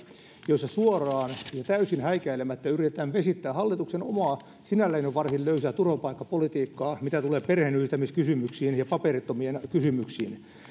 joissa suoraan ja täysin häikäilemättä yritetään vesittää hallituksen omaa sinällään jo varsin löysää turvapaikkapolitiikkaa mitä tulee perheenyhdistämiskysymyksiin ja paperittomien kysymyksiin